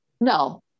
no